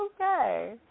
Okay